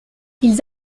ils